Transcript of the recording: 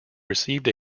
received